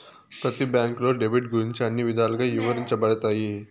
ప్రతి బ్యాంకులో డెబిట్ గురించి అన్ని విధాలుగా ఇవరించబడతాయి